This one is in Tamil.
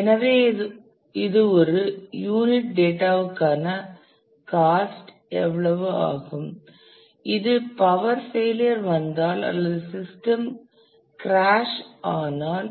எனவே இது ஒரு யூனிட் டேட்டாவுக்கான காஸ்ட் எவ்வளவு ஆகும் இது பவர் ஃபெயிலியர் வந்தால் அல்லது சிஸ்டம் கிராஸ் ஆனால்